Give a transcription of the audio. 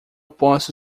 posso